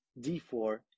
d4